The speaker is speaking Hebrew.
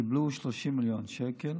שקיבלו 30 מיליון שקל